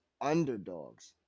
underdogs